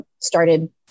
started